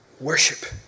worship